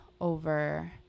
over